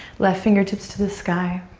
left fingertips to the sky.